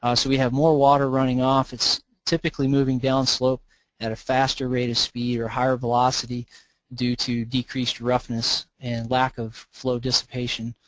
um so we have more water running off. its typically moving down slope at a faster rate of speed or a higher velocity due to decreased roughness and lack of flow dissipation.